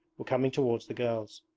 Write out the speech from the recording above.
were coming towards the girls.